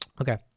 Okay